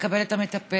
ויקבל את המטפל